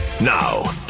Now